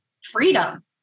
freedom